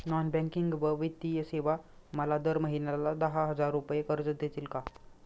Non banking व वित्तीय सेवा मला दर महिन्याला दहा हजार रुपये कर्ज देतील का?